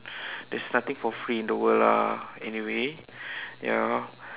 there's nothing for free in the world ah anyway ya